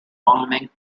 bombing